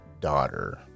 daughter